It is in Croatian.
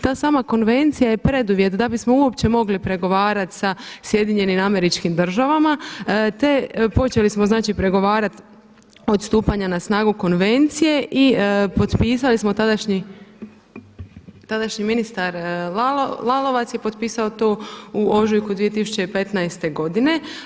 Ta sama konvencija je preduvjet da bismo uopće mogli pregovarati sa SAD-om te počeli smo znači pregovarati od stupanja na snagu konvencije i potpisali smo, tadašnji ministar Lalovac je potpisao u ožujku 2015. godine.